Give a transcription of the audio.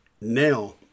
now